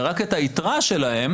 ורק את היתרה שלה,